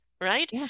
right